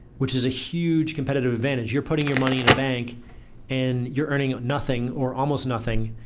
which is a huge competitive advantage. you're putting your money in a bank and you're earning nothing, or almost nothing,